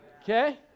Okay